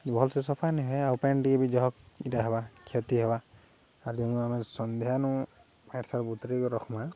ଭଲସେ ସଫା ନେଇ ହଏ ଆଉ ପ୍ୟାଣ୍ଟ ଟିକେ ବି ଜହକ୍ ଇଟା ହେବା କ୍ଷତି ହେବା ଆଦି ଆମେ ସନ୍ଧ୍ୟାନୁ ପ୍ୟାଣ୍ଟ ସାର୍ଟ ବତୁରାଇକି ରଖ୍ମା